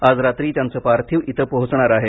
आज रात्री त्यांचे पार्थिव इथं पोहोचणार आहे